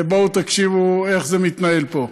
בואו תקשיבו איך זה מתנהל פה.